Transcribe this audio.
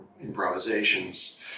improvisations